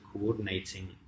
coordinating